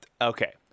Okay